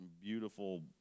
beautiful